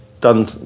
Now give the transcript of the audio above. done